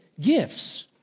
gifts